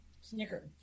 snicker